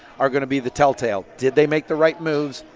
are going to be the tell-tell. did they make the right moves?